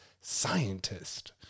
scientist